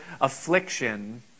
affliction